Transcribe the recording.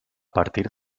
partir